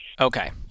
Okay